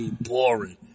boring